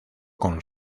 con